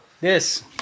Yes